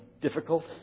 difficult